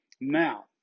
Now